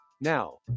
Now